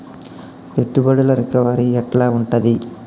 పెట్టుబడుల రికవరీ ఎట్ల ఉంటది?